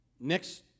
Next